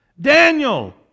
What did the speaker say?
Daniel